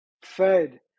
fed